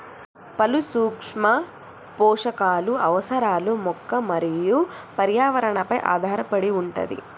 పలు సూక్ష్మ పోషకాలు అవసరాలు మొక్క మరియు పర్యావరణ పై ఆధారపడి వుంటది